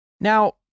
Now